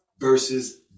versus